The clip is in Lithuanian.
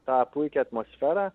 tą puikią atmosferą